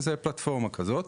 זאת פלטפורמה כזאת.